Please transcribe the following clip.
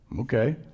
Okay